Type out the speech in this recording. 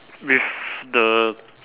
with the